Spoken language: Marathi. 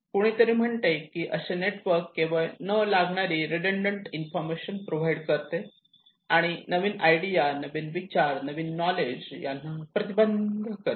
कुणीतरी म्हणते की असे नेटवर्क केवळ न लागणारी रेडुण्डण्ट इन्फॉर्मेशन प्रोव्हाइड करते आणि नवीन आयडिया नवीन विचार नवीन नॉलेज यांना प्रतिबंध करते